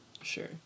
sure